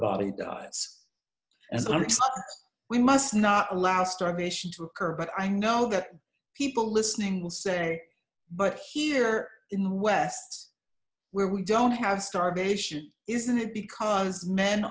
dies and the next we must not allow starvation to occur but i know that people listening will say but here in the west where we don't have starvation isn't it because men